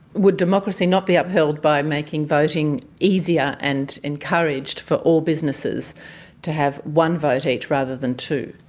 would democracy not be upheld by making voting easier and encouraged for all businesses to have one vote each, rather than two?